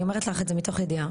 אני אומרת לך את זה מתוך ידיעה.